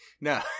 No